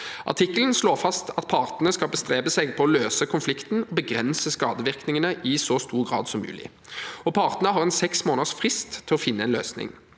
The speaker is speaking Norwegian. Artikkelen slår fast at partene skal bestrebe seg på å løse konflikten og begrense skadevirkningene i så stor grad som mulig, og partene har en seks måneders frist til å finne en løsning.